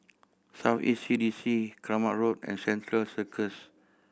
South East C D C Keramat Road and Central Circus